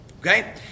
okay